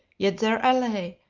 yet there i lay,